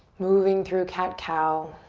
moving through cat-cow.